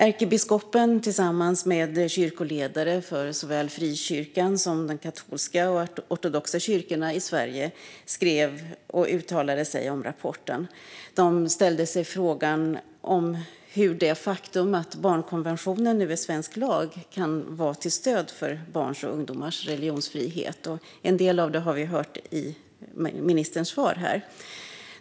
Ärkebiskopen tillsammans med kyrkoledare för såväl frikyrkan som de katolska och ortodoxa kyrkorna i Sverige skrev och uttalade sig om rapporten. De ställde sig frågan hur det faktum att barnkonventionen nu är svensk lag kan vara till stöd för barns och ungdomars religionsfrihet. En del av det har vi hört i ministerns svar.